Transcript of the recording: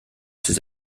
ses